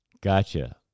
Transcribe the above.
Gotcha